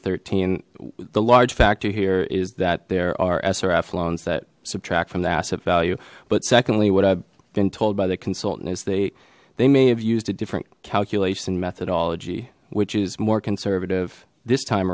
thirteen the large factor here is that there are srf loans that subtract from the asset value but secondly what i've been told by the consultant is they they may have used a different calculation methodology which is more conservative this time